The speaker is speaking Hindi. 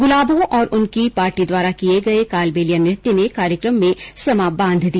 गुलाबों और उनकी पार्टी द्वारा किए गए कालबेलिया नृत्य ने कार्यक्रम में समा बांध दिया